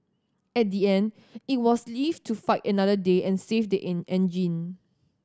at the end it was live to fight another day and save the en engine